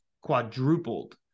quadrupled